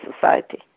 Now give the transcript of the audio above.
society